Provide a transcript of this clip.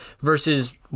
versus